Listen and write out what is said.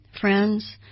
friends